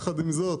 עם זאת,